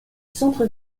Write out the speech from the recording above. centre